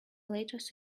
latest